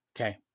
Okay